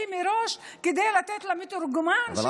מראש כדי לתת למתורגמן שיהיה מוכן.